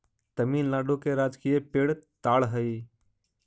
तमिलनाडु के राजकीय पेड़ ताड़ हई